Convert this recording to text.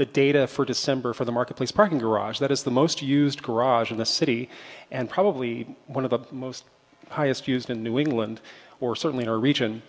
the data for december for the marketplace parking garage that is the most used garage in the city and probably one of the most highest used in new england or certainly our region